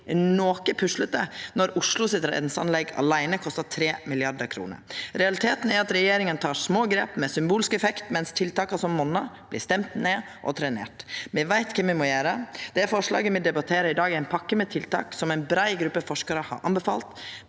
vert noko puslete når Oslos reinseanlegg åleine kostar 3 mrd. kr. Realiteten er at regjeringa tek små grep med symbolsk effekt, mens tiltak som monnar, vert stemte ned og trenerte. Me veit kva me må gjera. Det forslaget me debatterer i dag, er ein pakke med tiltak som ei brei gruppe forskarar har anbefalt.